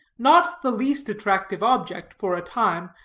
not the least attractive object, for a time,